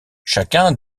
chacun